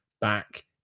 back